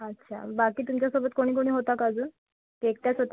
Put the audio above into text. अच्छा बाकी तुमच्या सोबत कोणी कोणी होतं का अजून की एकट्याच होत्या